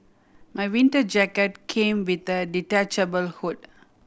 my winter jacket came with a detachable hood